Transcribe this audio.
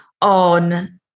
on